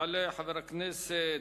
יעלה חבר הכנסת